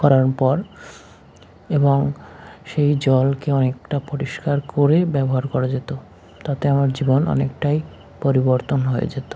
করার পর এবং সেই জলকে অনেকটা পরিষ্কার করেই ব্যবহার করা যেতো তাতে আমার জীবন অনেকটাই পরিবর্তন হয়ে যেতো